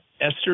Esther